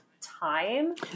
time